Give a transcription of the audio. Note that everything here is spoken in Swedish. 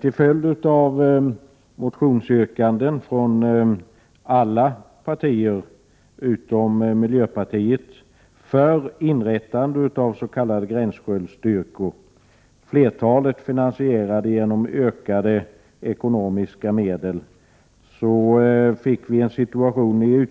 Till följd av motionsyrkanden från alla partier utom miljöpartiet för inrättande av gränsskyddsstyrkor, flertalet finansierade genom ökade ekonomiska medel, fick vi i utskottet en situation